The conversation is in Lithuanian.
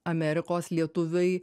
amerikos lietuviai